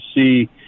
see